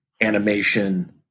animation